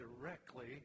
directly